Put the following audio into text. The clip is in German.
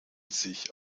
sich